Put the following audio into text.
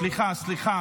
סליחה,